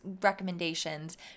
recommendations